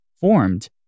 formed